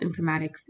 informatics